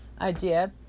idea